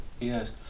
yes